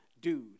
dude